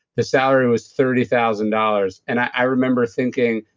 the salary was thirty thousand dollars. and i remember thinking,